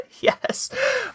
Yes